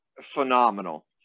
phenomenal